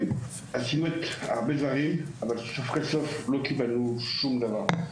עשינו הרבה דברים, אבל בסוף לא קיבלנו שום דבר.